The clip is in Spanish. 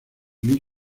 lee